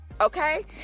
okay